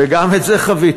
וגם את זה חוויתי,